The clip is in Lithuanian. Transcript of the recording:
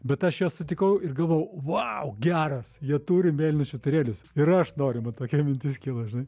bet aš juos sutikau ir galvojau vau geras jie turi mėlynus švyturėlius ir aš noriu man tokia mintis kilo žinai